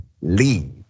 leave